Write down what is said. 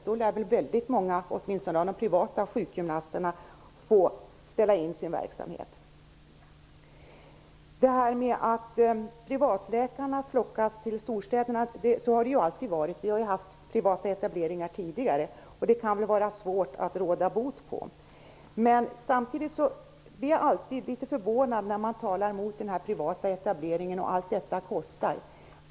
Då lär väldigt många privata sjukgymnaster få ställa in sin verksamhet. Det har ju alltid varit så att privatläkarna har flockats i storstäderna. Vi har ju haft privata etableringar tidigare, och detta kan vara svårt att råda bot på. Samtidigt blir jag alltid lika förvånad när man talar mot den privata etableringen, att den skulle vara så kostsam.